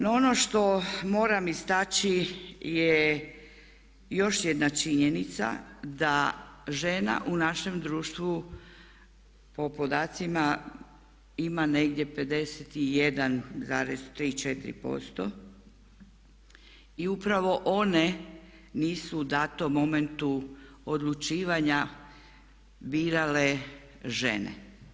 No, ono što moram istaknuti je još jedna činjenica da žena u našem društvu po podacima ima negdje 51,3% i upravo one nisu u datom momentu odlučivanja birale žene.